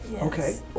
okay